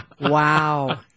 Wow